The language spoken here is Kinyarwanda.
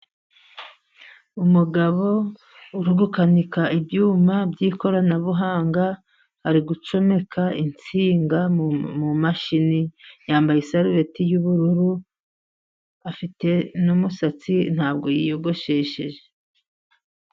Umugabo uri gukanika ibyuma by'ikoranabuhanga, ari gucomeka insinga mu mashini, yambaye isarubeti y'ubururu, afite n'umusatsi ntabwo yiyogoshesheje.